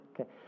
Okay